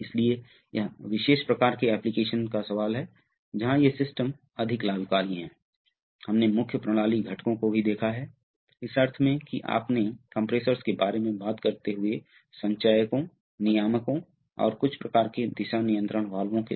इसलिए हम पाठ के अंत में आ गए हैं हमने फूलों के दबाव और नियंत्रण वाल्वों को देखा है हमने हाइड्रोलिक सिलेंडर आनुपातिक वाल्व सर्वो वाल्व और कुछ हाइड्रोलिक